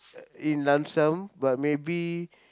in lump sum but maybe